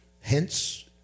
hence